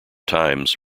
times